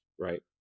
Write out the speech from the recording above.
right